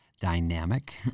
dynamic